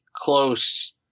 close